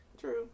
True